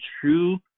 true